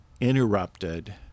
interrupted